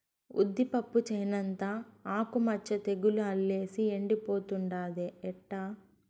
ఉద్దిపప్పు చేనంతా ఆకు మచ్చ తెగులు అల్లేసి ఎండిపోతుండాదే ఎట్టా